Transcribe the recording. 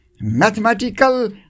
Mathematical